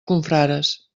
confrares